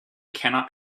cannot